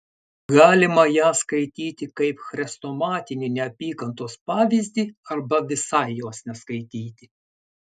galima ją skaityti kaip chrestomatinį neapykantos pavyzdį arba visai jos neskaityti